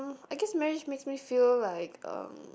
I guess marriage makes me feel like um